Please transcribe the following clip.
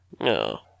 No